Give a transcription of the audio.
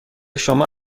شما